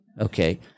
Okay